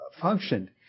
functioned